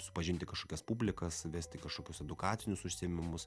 susipažinti kažkokias publikas vesti kažkokius edukacinius užsiėmimus